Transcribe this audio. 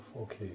okay